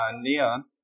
Neon